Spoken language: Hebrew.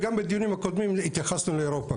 וגם בדיונים הקודמים התייחסנו לאירופה.